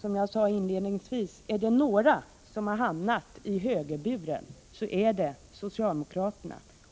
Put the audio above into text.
Som jag sade inledningsvis: Är det några som hamnat i högerburen så är det socialdemokraterna.